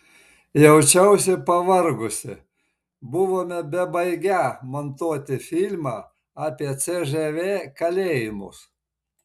jaučiausi pavargusi buvome bebaigią montuoti filmą apie cžv kalėjimus